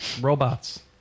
Robots